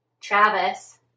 Travis